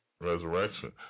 resurrection